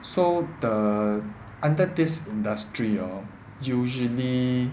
so the under this industry hor usually